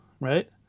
right